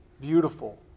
beautiful